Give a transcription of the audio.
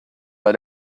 bei